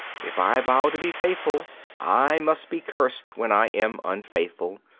if i vow to be faithful i must be cursed when i am unfaithful,